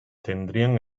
tendrían